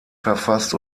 verfasst